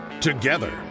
Together